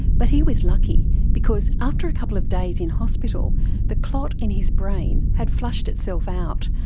but he was lucky because after a couple of days in hospital the clot in his brain had flushed itself out,